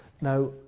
Now